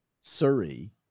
Surrey